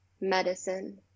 medicine